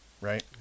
right